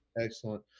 Excellent